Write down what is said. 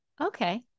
okay